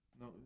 No